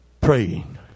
Praying